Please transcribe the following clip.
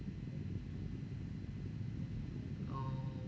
oh